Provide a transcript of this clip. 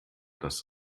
das